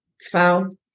found